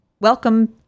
welcome